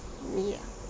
me ah